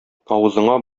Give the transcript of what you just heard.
авызыңа